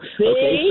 Okay